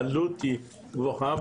העלות היא גבוהה.